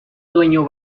dueño